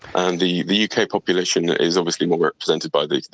and the the uk ah population is obviously more represented by this,